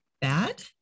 bad